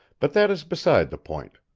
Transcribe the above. but that is beside the point.